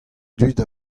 dud